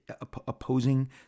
opposing